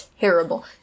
Terrible